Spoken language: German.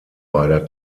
beider